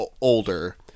older